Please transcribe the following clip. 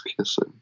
kissing